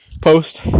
post